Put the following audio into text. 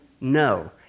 no